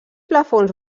plafons